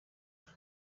hari